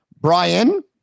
Brian